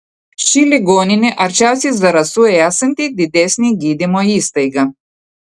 ši ligoninė arčiausiai zarasų esanti didesnė gydymo įstaiga